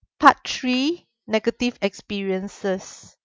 part three negative experiences